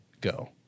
Go